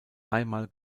einmal